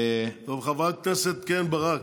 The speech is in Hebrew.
חברת הכנסת קרן ברק,